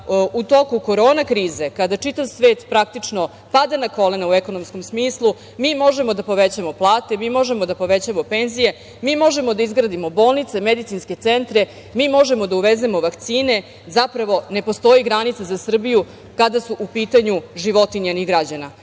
u toku korona krize, kada čitav svet, praktično, pada na kolena u ekonomskom smislu, mi možemo da povećamo plate, mi možemo da povećamo penzije, mi možemo da izgradimo bolnice, medicinske centre, mi možemo da uvezemo vakcine. Zapravo, ne postoji granica za Srbiju, kada su u pitanju životi njenih građana. Sve